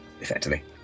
Effectively